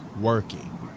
working